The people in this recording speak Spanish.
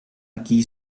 aquí